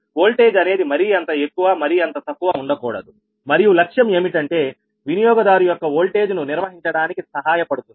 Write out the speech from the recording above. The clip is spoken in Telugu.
వోల్టేజ్ అనేది మరీ అంత ఎక్కువ మరీ అంత తక్కువ ఉండకూడదు మరియు లక్ష్యం ఏమిటంటే వినియోగదారు యొక్క వోల్టేజ్ ను నిర్వహించడానికి సహాయపడుతుంది